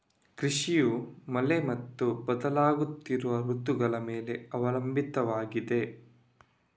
ಕೃಷಿಯು ಮಳೆ ಮತ್ತು ಬದಲಾಗುತ್ತಿರುವ ಋತುಗಳ ಮೇಲೆ ಅವಲಂಬಿತವಾಗಿದೆ